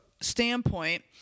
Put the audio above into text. standpoint